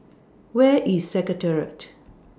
Where IS Secretariat